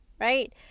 right